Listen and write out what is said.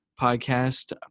podcast